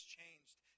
changed